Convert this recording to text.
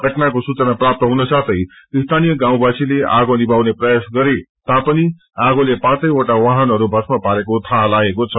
घटनाको सूचना प्राप्त हुनसाथै सीनीय बाववासीले आगो निमाउने प्रयास गरेता पनि आगाले पाँचवटै वाहनहरू भष्म पारेको थाहा लागेको छ